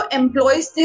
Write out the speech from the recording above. employees